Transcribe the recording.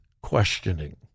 questioning